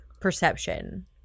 perception